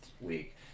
week